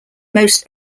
most